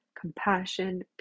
compassion